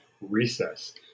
Recess